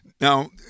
Now